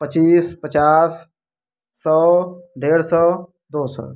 पचीस पचास सौ डेढ़ सौ दो सौ